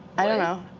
i dunno.